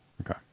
Okay